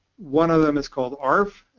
one of them is called arf,